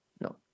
no